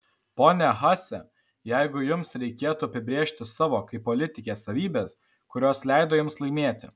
ponia haase jeigu jums reikėtų apibrėžti savo kaip politikės savybes kurios leido jums laimėti